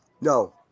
No